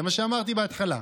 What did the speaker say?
זה מה שאמרתי בהתחלה.